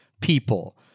people